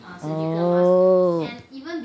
oh